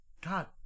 god